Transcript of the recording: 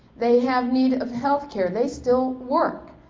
they have need of health care, they still work,